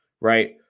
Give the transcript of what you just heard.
right